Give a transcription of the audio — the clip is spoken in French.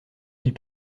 ils